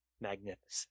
magnificent